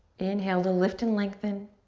inhale, the lift and lengthen.